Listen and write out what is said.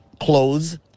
clothes